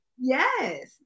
Yes